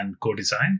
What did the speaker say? co-design